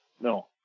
No